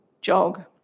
jog